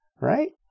right